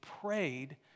prayed